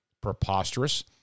preposterous